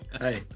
Hi